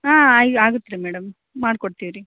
ಹಾಂ ಈಗ ಆಗುತ್ತೆ ರೀ ಮೇಡಮ್ ಮಾಡಿ ಕೊಡ್ತೀವಿ ರೀ